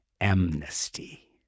amnesty